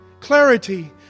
Clarity